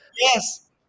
Yes